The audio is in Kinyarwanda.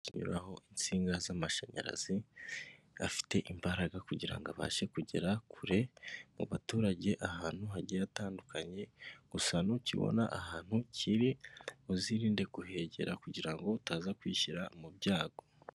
Icyuma kinyuraho insinga z'amashanyarazi afite imbaraga kugira ngo abashe kugera kure mu baturage ahantu hagiye hatandukanye, gusa nukibona ahantu kiri uzirinde kuhegera kugira ngo utaza kwishyira mu byago.